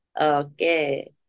Okay